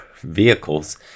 vehicles